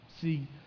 See